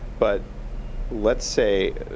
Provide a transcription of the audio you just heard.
but let's say,